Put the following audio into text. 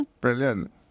brilliant